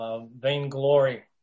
vainglory